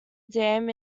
dam